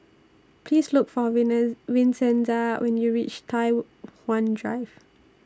Please Look For Vincenza when YOU REACH Tai Hwan Drive